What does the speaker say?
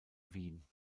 wien